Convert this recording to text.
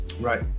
Right